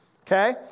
Okay